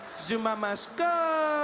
zuma must go!